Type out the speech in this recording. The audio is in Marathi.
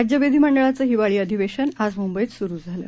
राज्य विधिमंडळाचं हिवाळी अधिवेशन आज मुंबईत सुरू झालं